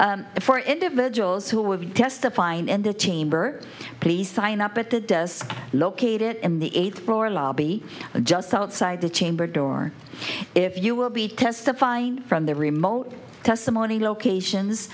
ladies for individuals who were testifying in the chamber please sign up at the does located in the eighth floor lobby just outside the chamber door if you will be testifying from the remote testimony locations